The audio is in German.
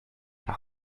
nach